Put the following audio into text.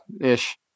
ish